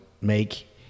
make